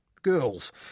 girls